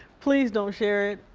please don't share it.